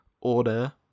order